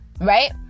right